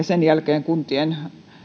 sen jälkeen kuntien